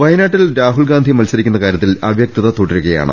വയനാട്ടിൽ രാഹുൽ ഗാന്ധി മത്സരിക്കുന്ന കാര്യത്തിൽ അവ്യ ക്തത തുടരുകയാണ്